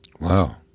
Wow